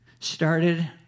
started